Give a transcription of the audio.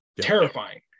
terrifying